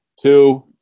two